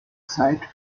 zeit